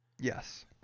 Yes